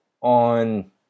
on